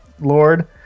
Lord